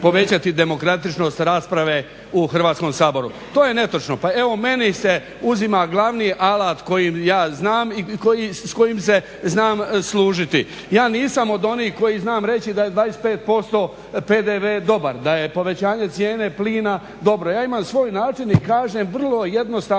povećati demokratičnost rasprave u Hrvatskom saboru. To je netočno. Pa evo meni se uzima glavni alat koji ja znam i s kojim se znam služiti. Ja nisam od onih koji znam reći da je 25% PDV dobar, da je povećanje cijene plina dobro, ja imam svoj način i kažem vrlo jednostavno